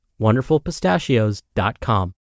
WonderfulPistachios.com